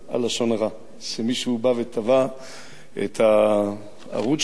שמישהו בא ותבע את הערוץ שלנו,